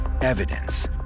Evidence